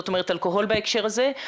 אלכוהול בהקשר הזה,